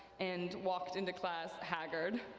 and walked into class haggard.